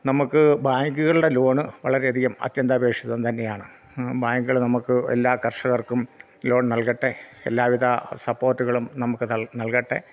നമുക്ക് ബാങ്കുകളുടെ ലോണ് വളരെയധികം അത്യന്താപേക്ഷിതം തന്നെയാണ് ബാങ്കുകൾ നമുക്ക് എല്ലാ കർഷകർക്കും ലോൺ നൽകട്ടെ എല്ലാവിധ സപ്പോർട്ടുകളും നമുക്ക് നൽകട്ടെ